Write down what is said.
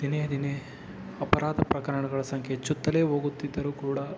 ದಿನೇ ದಿನೇ ಅಪರಾಧ ಪ್ರಕರಣಗಳ ಸಂಖ್ಯೆ ಹೆಚ್ಚುತ್ತಲೇ ಹೋಗುತ್ತಿದ್ದರು ಕೂಡ